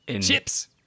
Chips